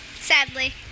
sadly